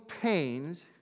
pains